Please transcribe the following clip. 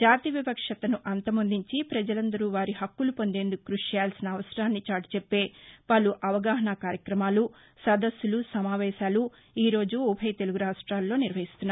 జాతి వివక్షతను అంతమొందించి ప్రజలందరూ వారి హక్కులు పొందేందుకు క్బషి చేయాల్సిన అవసరాన్ని చాటి చెప్పే పలు అవగాహనా కార్యక్రమాలు సదస్సులు సమావేశాలు ఈ రోజు ఉభయ తెలుగు రాష్టాలలో నిర్వహిస్తున్నారు